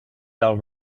del